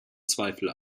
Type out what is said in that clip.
zweifel